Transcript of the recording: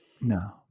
No